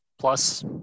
Plus